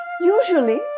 Usually